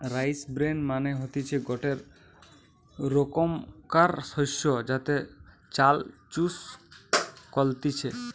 rice bran মানে হতিছে গটে রোকমকার শস্য যাতে চাল চুষ কলতিছে